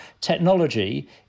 technology